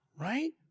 right